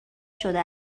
شده